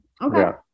okay